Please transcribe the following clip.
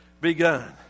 begun